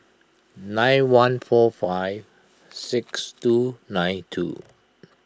nine one four five six two nine two